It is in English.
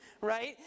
right